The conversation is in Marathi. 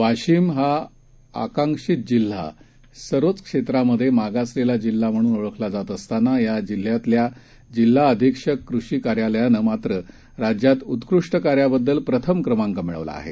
वाशिमहाआकांक्षीतजिल्हासर्वचक्षेत्रातमागासलेलाजिल्हाम्हणूनओळखलाजातअसतानायाजिल्ह्यातल्याजिल्हाअधिक्षककृषीकार्याल यानंमात्रराज्यातउत्कृष्टकार्याबद्दलप्रथमक्रमांकमिळवलाआहे